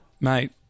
Mate